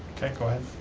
okay, go ahead.